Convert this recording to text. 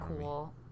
cool